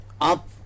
up